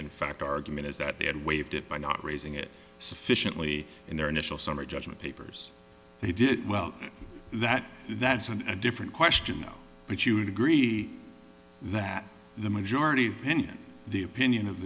fact argument is that they had waived it by not raising it sufficiently in their initial summary judgment papers they did well that that's an a different question but you would agree that the majority opinion the opinion of